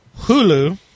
Hulu